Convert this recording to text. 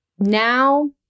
Now